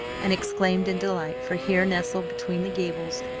and exclaimed in delight for here nestled between the gables,